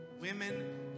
Women